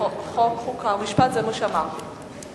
חוק ומשפט של הכנסת, לשם הכנתה לקריאה הראשונה.